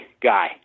guy